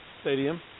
stadium